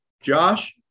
Josh